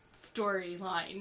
storyline